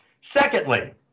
Secondly